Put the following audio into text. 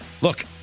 Look